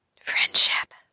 friendship